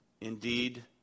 indeed